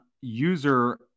user